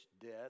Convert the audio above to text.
death